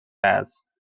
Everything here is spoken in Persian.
است